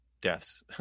deaths